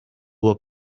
would